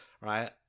right